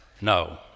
No